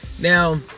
Now